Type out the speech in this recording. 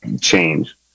change